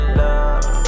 love